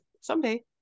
someday